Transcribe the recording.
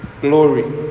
glory